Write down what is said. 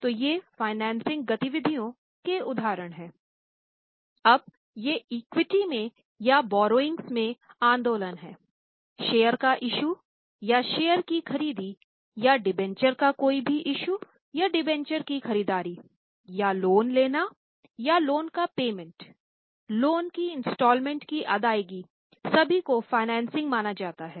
तोये financing माना जाता है